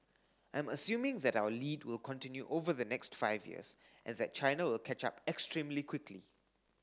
I'm assuming that our lead will continue over the next five years and that China will catch up extremely quickly